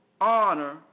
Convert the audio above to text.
honor